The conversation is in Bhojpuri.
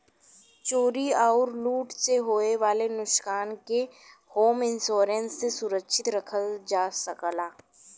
चोरी आउर लूट से होये वाले नुकसान के होम इंश्योरेंस से सुरक्षित रखल जा सकला